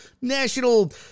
national